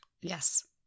Yes